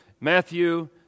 Matthew